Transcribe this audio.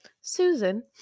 Susan